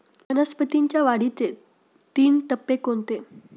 वनस्पतींच्या वाढीचे तीन टप्पे कोणते?